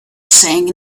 saying